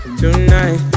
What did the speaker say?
tonight